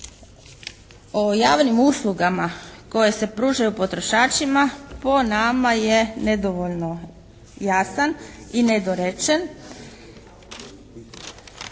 o javnim uslugama koje se pružaju potrošačima po nama je nedovoljno jasan i nedorečen.